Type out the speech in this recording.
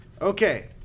Okay